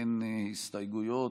אין הסתייגויות,